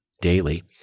daily